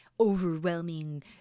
overwhelming